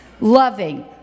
loving